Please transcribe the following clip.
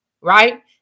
right